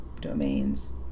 domains